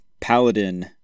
paladin